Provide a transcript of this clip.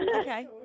Okay